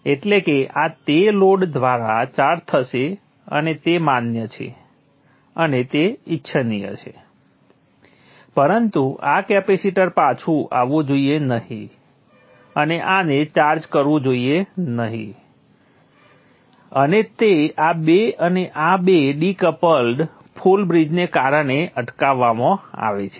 એટલે કે આ તે લોડ દ્વારા ચાર્જ થશે અને તે માન્ય છે અને તે ઇચ્છનીય છે પરંતુ આ કેપેસિટર પાછું આવવું જોઈએ નહીં અને આને ચાર્જ કરવું જોઈએ નહીં અને તે આ બે અને આ બે ડિકપલ્ડ ફુલ બ્રિજને કારણે અટકાવવામાં આવે છે